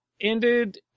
ended